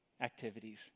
activities